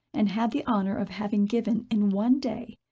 and had the honor of having given, in one day,